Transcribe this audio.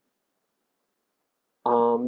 um